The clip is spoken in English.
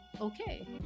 Okay